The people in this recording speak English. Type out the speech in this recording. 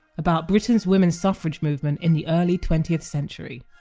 about britain's women's suffrage movement in the early twentieth century